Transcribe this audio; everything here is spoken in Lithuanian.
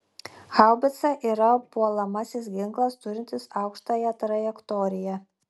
haubica yra puolamasis ginklas turintis aukštąją trajektoriją